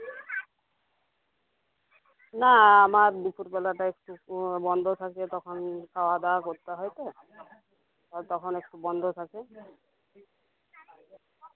না আমার দুপুরবেলাটা একটু ও বন্ধ থাকে তখন খাওয়া দাওয়া করতে হয় তো ও তখন একটু বন্ধ থাকে